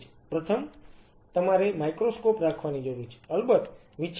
પ્રથમ તો તમારે માઇક્રોસ્કોપ રાખવાની જરૂર છે અલબત્ત વિચ્છેદન માઇક્રોસ્કોપ